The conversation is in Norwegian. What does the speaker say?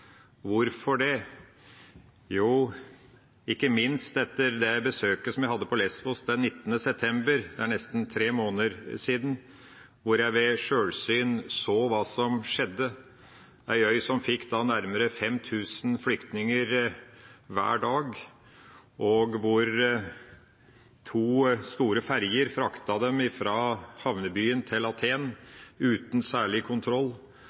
Hvorfor det? Jo, ikke minst etter det besøket som jeg hadde på Lésvos den 19. september – det er nesten tre måneder siden – hvor jeg ved sjølsyn så hva som skjedde. Denne øya fikk da nærmere 5 000 flyktninger hver dag, og to store ferjer fraktet dem fra havnebyen til Athen, uten særlig kontroll.